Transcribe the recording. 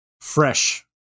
fresh